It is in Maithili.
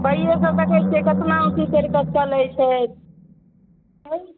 भइयो सभ दखय छियै केतना अथी करिकऽ चलय छै हँ